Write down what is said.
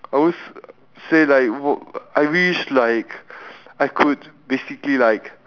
I would s~ say like w~ I wish like I could basically like